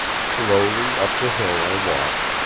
slowly up the hill i walked,